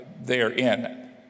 therein